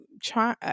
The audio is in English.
Try